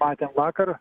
matėm vakar